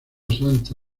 santa